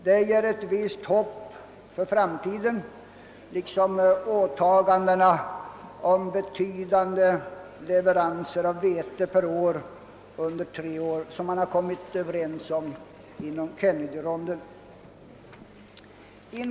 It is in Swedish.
Det ger ett visst hopp för framtiden, liksom de åtaganden om betydande 1everanser av vete under tre år som gjorts inom Kennedyrondens ram.